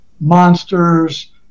Monsters